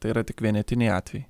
tai yra tik vienetiniai atvejai